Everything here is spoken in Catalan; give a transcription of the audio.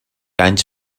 anys